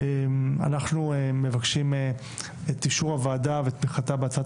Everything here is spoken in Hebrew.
אנחנו מבקשים את אישור הוועדה ואת תמיכתה בהצעת